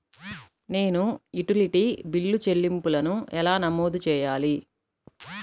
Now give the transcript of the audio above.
నేను utility bill చెల్లింపులను ఎలా నమోదు చేయాలి?